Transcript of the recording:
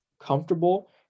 comfortable